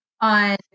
on